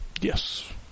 Yes